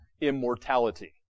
immortality